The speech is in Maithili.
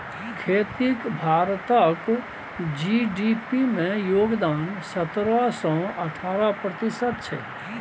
खेतीक भारतक जी.डी.पी मे योगदान सतरह सँ अठारह प्रतिशत छै